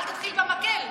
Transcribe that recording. אל תתחיל במקל.